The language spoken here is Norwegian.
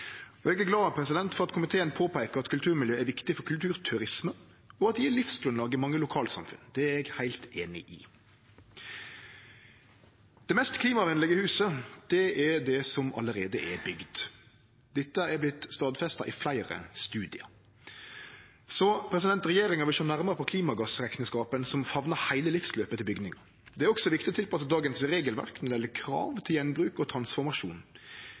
Eg er glad for at komiteen påpeikar at kulturmiljø er viktig for kulturturisme, og at det gjev livsgrunnlag i mange lokalsamfunn. Det er eg heilt einig i. Det mest klimavennlege huset er det som allereie er bygd. Dette har vorte stadfesta i fleire studiar. Regjeringa vil sjå nærmare på klimagassrekneskapen som femnar heile livsløpet til bygningen. Det er også viktig å tilpasse dagens regelverk når det gjeld krav til gjenbruk og transformasjon.